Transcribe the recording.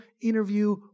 interview